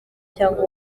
cyangwa